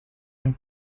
and